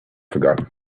forgotten